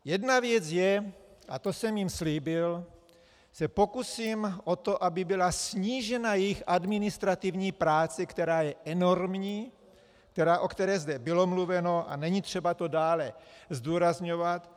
Jedna věc je, a to jsem jim slíbil, že se pokusím o to, aby byla snížena jejich administrativní práce, která je enormní, o které zde bylo mluveno, a není třeba to dále zdůrazňovat.